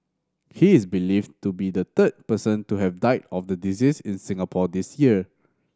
he is believed to be the third person to have died of the disease in Singapore this year